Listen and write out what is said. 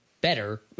better